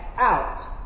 out